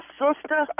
sister